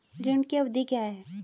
ऋण की अवधि क्या है?